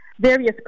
various